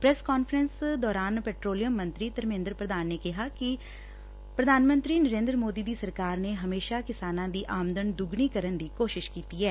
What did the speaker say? press conference ਦੌਰਾਨ petroleum ਮੰਤਰੀ ਧਰਮੇਂਦਰ ਪ੍ਧਾਨ ਨੇ ਕਿਹਾ ਕਿ ਪ੍ਧਾਨ ਮੰਤਰੀ ਨਰੇਂਦਰ ਮੋਦੀ ਦੀ ਸਰਕਾਰ ਨੇ ਹਮੇਸ਼ਾ ਕਿਸਾਨਾਂ ਦੀ ਆਮਦਨ ਦੁੱਗਣੀ ਕਰਨ ਦੀ ਕੋਸ਼ਿਸ਼ ਕੀਤੀ ਐ